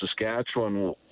Saskatchewan